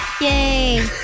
Yay